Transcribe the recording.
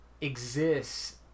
exists